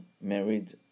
married